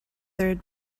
third